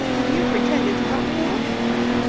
and you pretended to help me look for it.